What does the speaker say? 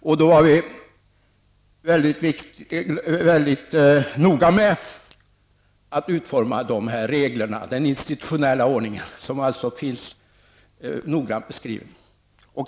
Vi var då mycket noga med utformningen av reglerna, och den institutionella ordningen finns noga beskriven.